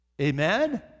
Amen